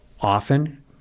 often